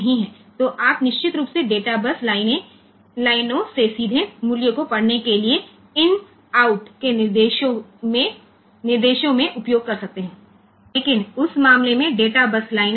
તેથી અલબત્ત આપણે ડેટા બેઝ લાઇન માંથી સીધા મૂલ્યો વાંચવા માટે બહારની સૂચનાઓમાં આનો ઉપયોગ કરી શકીએ છીએ પરંતુ તે કિસ્સામાં ડેટા બેઝ લાઇન અટકી જાય છે